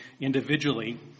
individually